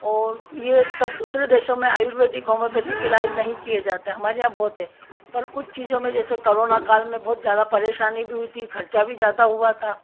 और ये सब दूसरे देशों में आयुर्वेदिक होमोपेथिक इलाज नहीं किए जाते हमारे यहाँ बहुत हैं पर कुछ चीज़ों में जैसे करोना काल में बहुत ज़्यादा परेशानी भी हुई थी खर्चा भी ज़्यादा हुआ था